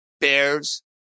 Bears